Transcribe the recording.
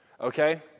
Okay